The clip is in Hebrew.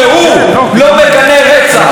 כשהוא לא מגנה רצח,